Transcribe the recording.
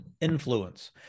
influence